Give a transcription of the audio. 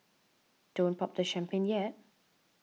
don't pop the champagne yet